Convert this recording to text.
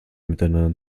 miteinander